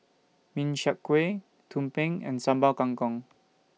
Min Chiang Kueh Tumpeng and Sambal Kangkong